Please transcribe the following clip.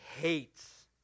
hates